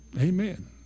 Amen